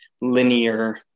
linear